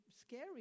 scary